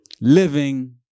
Living